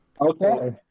Okay